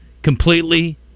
completely